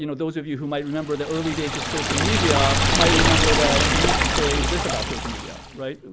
you know those of you who might remember the early days of social media might remember that we used to say this about social media, right?